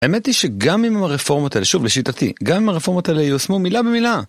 האמת היא שגם עם הרפורמות האלה, שוב לשיטתי, גם עם הרפורמות האלה ייושמו מילה במילה,